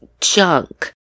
junk